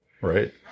right